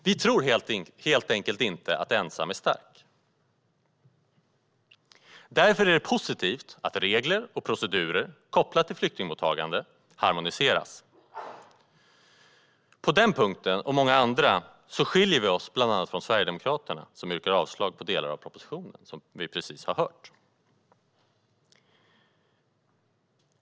Vi tror helt enkelt inte att ensam är stark. Därför är det positivt att regler och procedurer kopplade till flyktingmottagande harmoniseras. På denna punkt och på många andra skiljer vi oss från bland andra Sverigedemokraterna, som yrkar avslag på delar av propositionen, som vi precis har hört.